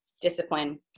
discipline